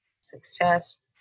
success